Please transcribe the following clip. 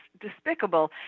despicable